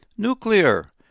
Nuclear